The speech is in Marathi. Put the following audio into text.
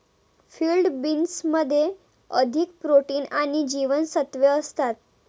फील्ड बीन्समध्ये अधिक प्रोटीन आणि जीवनसत्त्वे असतात